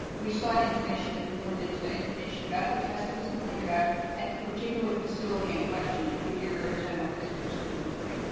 we sought information that was limited to information about the test that was complained about at the particular facility in question, in goodyear, arizona, where this person was employed.